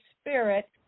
Spirit